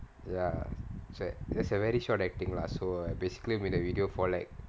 ya that's a very short acting lah so basically with a video for like